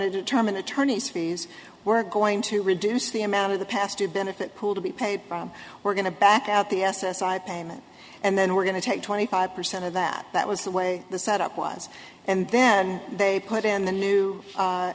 to determine attorney's fees we're going to reduce the amount of the past to benefit pool to be paid we're going to back out the s s i payment and then we're going to take twenty five percent of that that was the way the set up was and then they put in the new